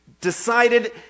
decided